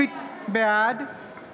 בעד